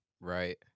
right